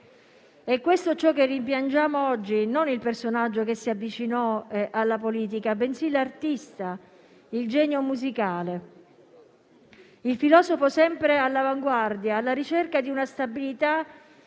È questo ciò che rimpiangiamo oggi: non il personaggio che si avvicinò alla politica, bensì l'artista, il genio musicale, il filosofo sempre all'avanguardia, alla ricerca di una stabilità